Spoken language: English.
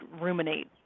ruminate